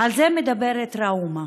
ועל זה מדברת ראומה: